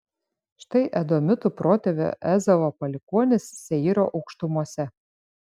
štai edomitų protėvio ezavo palikuonys seyro aukštumose